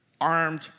armed